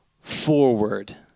forward